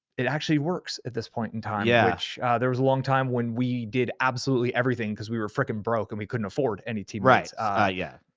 it actually works at this point in time yeah which there was a long time when we did absolutely everything cause we were fricking broke and we couldn't afford any teammates. right ah yeah,